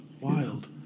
Wild